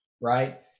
right